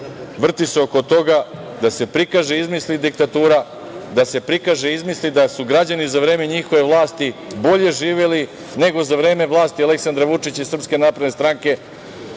vrti se oko toga da se prikaže i izmisli diktatura, da se prikaže i izmisli da su građani za vreme njihove vlasti bolje živeli nego za vreme vlasti Aleksandra Vučića i SNS.Valjda